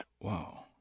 Wow